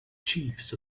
chiefs